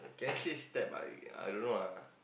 can say step but I don't know ah